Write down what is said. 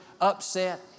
upset